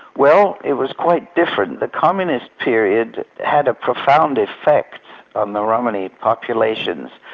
well it was quite different. the communist period had a profound effect on the romany populations.